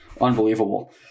Unbelievable